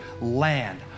land